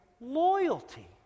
loyalty